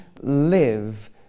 live